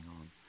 on